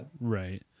Right